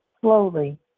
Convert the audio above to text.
slowly